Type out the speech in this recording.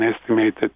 estimated